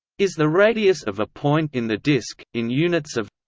is the radius of a point in the disk, in units of